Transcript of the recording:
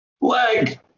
leg